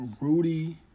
Rudy